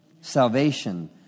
Salvation